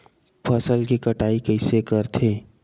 फसल के कटाई कइसे करथे?